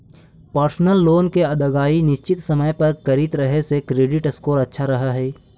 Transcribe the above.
personal loan के अदायगी निश्चित समय पर करित रहे से क्रेडिट स्कोर अच्छा रहऽ हइ